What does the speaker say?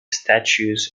statues